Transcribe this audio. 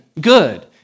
good